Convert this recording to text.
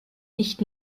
nicht